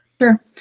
Sure